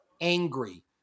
angry